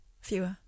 Fewer